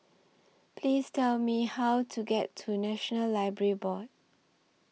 Please Tell Me How to get to National Library Board